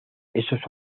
esos